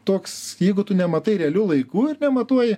toks jeigu tu nematai realiu laiku ir nematuoji